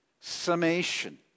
summation